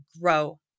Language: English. grow